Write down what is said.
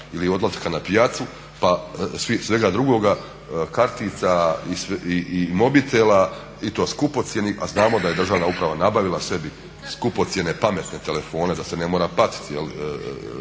ili odlaska na pijacu, pa svega drugoga, kartica i mobitela i to skupocjenih a znamo da je državna uprava nabavila sebi skupocjene pametne telefone da se ne mora patiti